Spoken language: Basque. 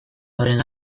horren